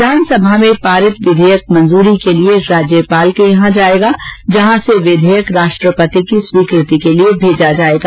विघानसभा में पारित विधेयक मंजूरी के लिए राज्यपाल के यहां जाएगा जहां से विधेयक राष्ट्रपति की मंजूरी के लिए भेजों जाएगा